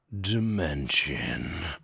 dimension